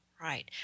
Right